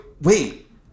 wait